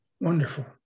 wonderful